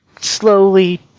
slowly